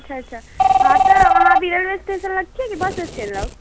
अच्छा अच्छा तऽ अहाँ अभी रेलवे स्टेशन लग छी की बस स्टैण्ड लग